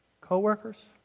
Co-workers